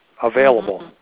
available